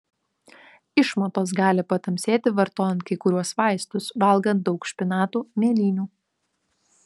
išmatos gali patamsėti vartojant kai kuriuos vaistus valgant daug špinatų mėlynių